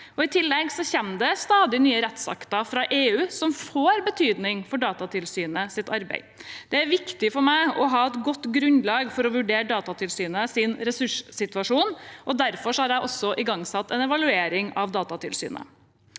I tillegg kommer det stadig nye rettsakter fra EU som får betydning for Datatilsynets arbeid. Det er viktig for meg å ha et godt grunnlag for å vurdere Datatilsynets ressurssituasjon. Derfor har jeg igangsatt en evaluering av Datatilsynet.